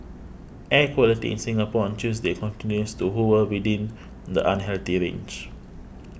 air quality in Singapore on Tuesday continues to hover within the unhealthy range